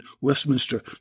Westminster